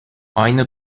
aynı